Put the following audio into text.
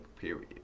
period